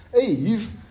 Eve